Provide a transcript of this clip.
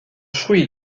fruit